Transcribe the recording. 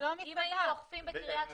אגב, אם היו אוכפים בקרית שמונה,